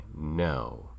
no